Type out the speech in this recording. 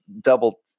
double